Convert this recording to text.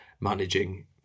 managing